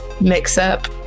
mix-up